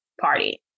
party